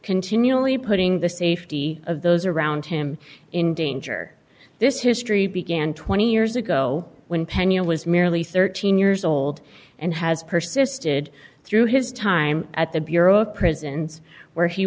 continually putting the safety of those around him in danger this history began twenty years ago when penya was merely thirteen years old and has persisted through his time at the bureau of prisons where he